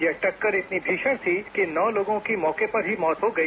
यह टक्कर इतनी भीषण थी कि नौ लोगों की मौके पर ही मौत हो गई